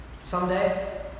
someday